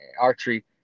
archery